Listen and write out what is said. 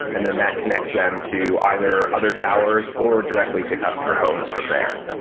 and then that connects them to either other towers, or directly to customer homes from there.